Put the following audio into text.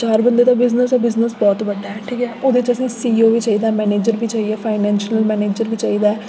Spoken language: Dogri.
चार बंदे दा बिजनेस ऐ ते बिजनेस बहुत बड्डा ऐ ओह्दे च असें ई सीईओ बी चाहिदा मैनेजर बी चाहिदा फाइनेंशियल मैनेजर बी चाहिदा ऐ